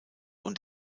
und